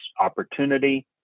opportunity